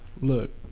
Look